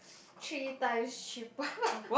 three times cheaper